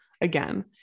again